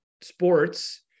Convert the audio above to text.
sports